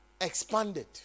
expanded